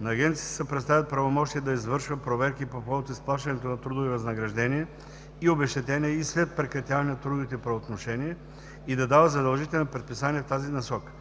На Агенцията се предоставят правомощия да извършва проверки по повод изплащането на трудови възнаграждения и обезщетения и след прекратяване на трудовите правоотношения и да дава задължителни предписания в тази насока.